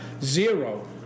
zero